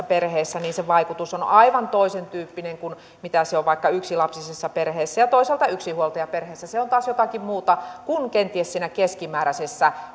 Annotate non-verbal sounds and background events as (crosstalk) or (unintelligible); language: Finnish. (unintelligible) perheissä se vaikutus on on aivan toisen tyyppinen kuin mitä se on vaikka yksilapsisessa perheessä ja toisaalta yksinhuoltajaperheessä se on taas jotakin muuta kuin kenties siinä keskimääräisessä (unintelligible)